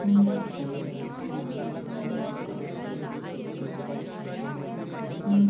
कइझन किसान मन के जिनगी ह फूल के खेती के भरोसा म चलत हे